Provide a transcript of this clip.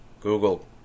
Google